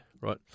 Right